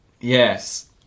yes